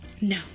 no